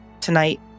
tonight